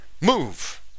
Move